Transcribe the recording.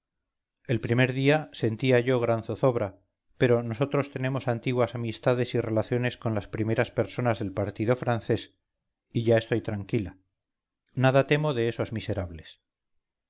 el primer día sentía yo gran zozobra pero nosotros tenemos antiguas amistades y relaciones con las primeras personas del partido francés y ya estoy tranquila nada temo de esos miserables